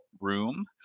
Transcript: room